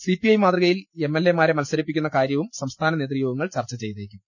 CPI മാതൃകയിൽ എംഎൽഎമാരെ മത്സരിപ്പിക്കുന്നു കാര്യവും സംസ്ഥാന നേതൃയോഗങ്ങൾ ചർച്ചു ചെയ്തേക്കും